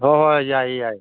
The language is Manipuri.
ꯍꯣꯏ ꯍꯣꯏ ꯌꯥꯏꯌꯦ ꯌꯥꯏꯌꯦ